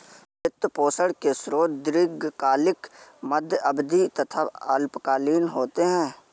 वित्त पोषण के स्रोत दीर्घकालिक, मध्य अवधी तथा अल्पकालिक होते हैं